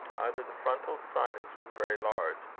either the frontal sinus was very large,